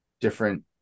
different